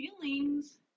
Feelings